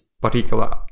particular